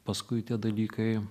paskui tie dalykai